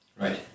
Right